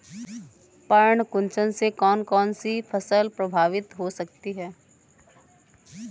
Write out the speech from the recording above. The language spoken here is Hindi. पर्ण कुंचन से कौन कौन सी फसल प्रभावित हो सकती है?